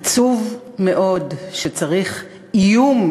עצוב מאוד שצריך "איום",